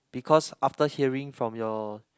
because after hearing from your